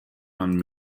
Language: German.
man